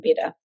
better